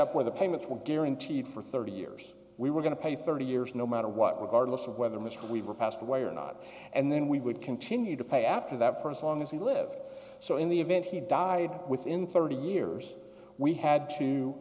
up where the payments were guaranteed for thirty years we were going to pay thirty years no matter what regardless of whether mr weaver passed away or not and then we would continue to pay after that for us on this he lived so in the event he died within thirty years we had to